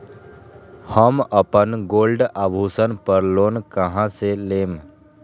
हम अपन गोल्ड आभूषण पर लोन कहां से लेम?